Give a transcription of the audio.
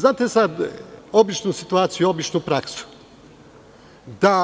Znate, obična situacija, obična praksa, da